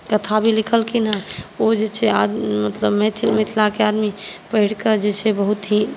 कथा भी लिखलखिन हंँ ओ जे छै मैथिल मिथिलाकेँ आदमी पढ़िकऽ बहुत ही